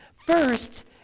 First